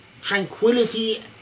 tranquility